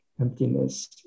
emptiness